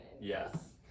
Yes